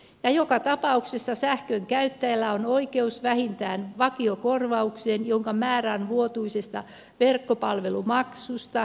ja joka tapauksessa sähkönkäyttäjällä on oi keus vähintään vakiokorvaukseen jonka määrä on vuotuisesta verkkopalvelumaksusta